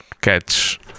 catch